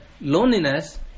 loneliness